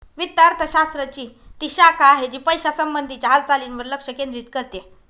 वित्त अर्थशास्त्र ची ती शाखा आहे, जी पैशासंबंधी च्या हालचालींवर लक्ष केंद्रित करते